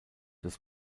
des